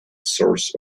source